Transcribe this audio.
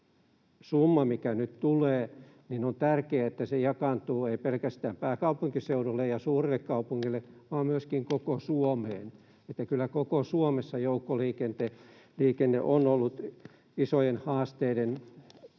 summa, mikä nyt tulee, ei jakaannu pelkästään pääkaupunkiseudulle ja suurille kaupungeille vaan myöskin koko Suomeen. Kyllä koko Suomessa joukkoliikenne on ollut isojen haasteiden